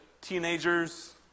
teenagers